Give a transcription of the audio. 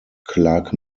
clark